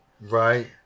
Right